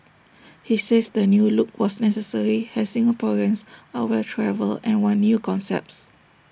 he says the new look was necessary as Singaporeans are well travelled and want new concepts